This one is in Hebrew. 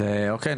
אוקי,